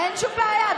אין שום בעיה.